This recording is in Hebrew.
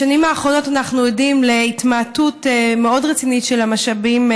בשנים האחרונות אנחנו עדים להתמעטות מאוד רצינית של המשאבים,